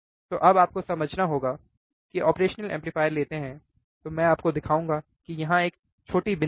तो अब आपको समझना होगा कि आप ऑपरेशनल एम्पलीफायर लेते हैं तो मैं आपको दिखाऊंगा कि यहाँ एक छोटी बिंदी है